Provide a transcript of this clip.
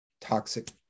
toxic